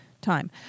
time